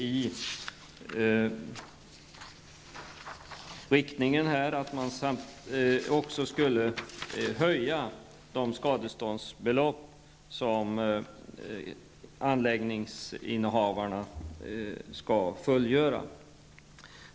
Inriktningen var att man även skulle höja gränsen för det högsta skadeståndsbelopp som anläggningsinnehavarna skall svara för.